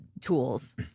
tools